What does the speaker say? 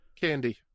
candy